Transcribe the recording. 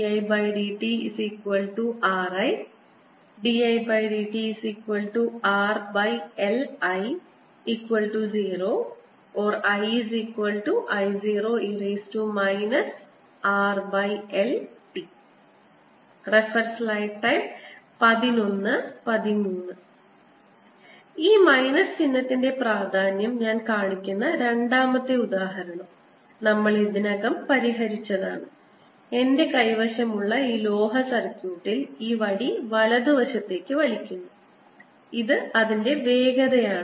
0 LdIdtRI dIdtRLI0 or II0e RLt ഈ minus ചിഹ്നത്തിന്റെ പ്രാധാന്യം ഞാൻ കാണിക്കുന്ന രണ്ടാമത്തെ ഉദാഹരണം നമ്മൾ ഇതിനകം പരിഹരിച്ചതാണ് എന്റെ കൈവശമുള്ള ഈ ലോഹ സർക്യൂട്ടിൽ ഈ വടി വലതുവശത്തേക്ക് വലിച്ചിടുന്നു ഇത് അതിൻറെ വേഗതയാണ്